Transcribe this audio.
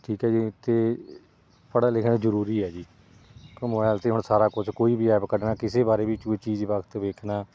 ਠੀਕ ਹੈ ਜੀ ਅਤੇ ਪੜ੍ਹਿਆ ਲਿਖਿਆ ਜ਼ਰੂਰੀ ਹੈ ਜੀ ਕਿਉਂ ਮੋਬਾਇਲ 'ਤੇ ਹੀ ਹੁਣ ਸਾਰਾ ਕੁਝ ਕੋਈ ਵੀ ਐਪ ਕੱਢਣਾ ਕਿਸੇ ਬਾਰੇ ਵੀ ਕੋਈ ਚੀਜ਼ ਵਕਤ ਵੇਖਣਾ